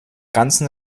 ganzen